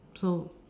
so